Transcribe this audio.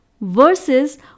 versus